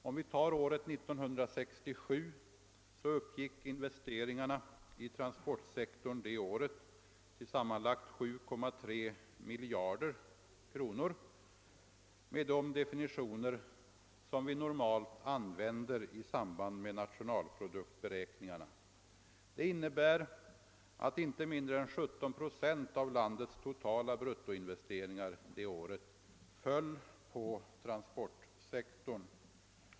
år 1967 uppgick investeringarna i transportsektorn till sammanlagt 7,3 miljarder kronor med de definitioner som vi normalt använder i samband med nationalproduktberäkningarna. Detta innebär att inte mindre än 17 procent av landets totala bruttoinvesteringar det året föll på transportsektorn.